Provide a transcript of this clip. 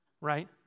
right